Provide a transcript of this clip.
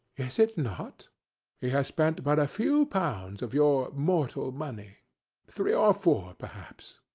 is it not? he has spent but a few pounds of your mortal money three or four perhaps.